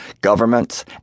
governments